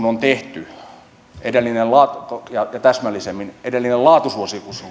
on tehty ja täsmällisemmin kun edellinen laatusuositus